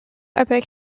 epic